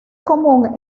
común